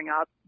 up